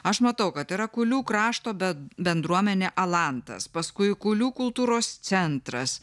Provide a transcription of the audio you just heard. aš matau kad yra kulių krašto bet bendruomenė alantas paskui kulių kultūros centras